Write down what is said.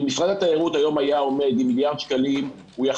אם משרד התיירות היה עומד היום עם מיליארד שקלים הוא היה